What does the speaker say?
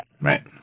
Right